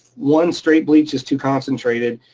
one, straight bleach is too concentrated.